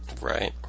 Right